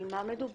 על מה מדובר?